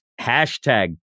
hashtag